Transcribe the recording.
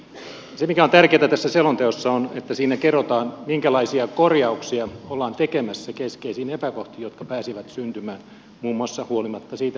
se mikä on tärkeätä tässä selonteossa on että siinä kerrotaan minkälaisia korjauksia ollaan tekemässä keskeisiin epäkohtiin jotka pääsivät syntymään muun muassa huolimatta siitä mitä sivistysvaliokunta lausui